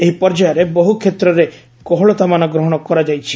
ଏହି ପର୍ଯ୍ୟାୟରେ ବହ୍ର କ୍ଷେତ୍ରରେ କେହଳତାମାନ ଗ୍ରହଣ କରାଯାଇଛି